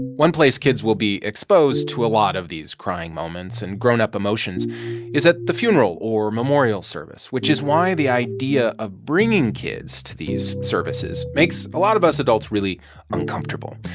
one place kids will be exposed to a lot of these crying moments and grown-up emotions is at the funeral or memorial service, which is why the idea of bringing kids to these services makes a lot of us adults really uncomfortable.